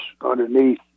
underneath